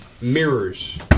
mirrors